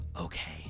okay